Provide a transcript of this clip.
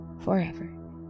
forever